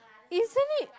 isn't it